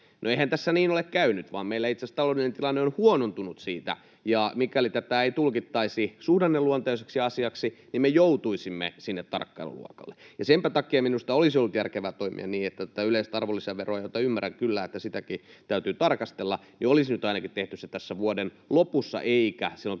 eihän tässä niin ole käynyt, vaan meillä itse asiassa taloudellinen tilanne on huonontunut siitä, ja mikäli tätä ei tulkittaisi suhdanneluonteiseksi asiaksi, niin me joutuisimme sinne tarkkailuluokalle. Senpä takia minusta olisi ollut järkevää toimia niin — ymmärrän kyllä, että tätä yleistä arvonlisäveroakin täytyy tarkastella — että olisi nyt ainakin tehty se muutos tässä vuoden lopussa eikä silloin